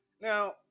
Now